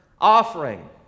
offering